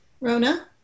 Rona